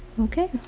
okay.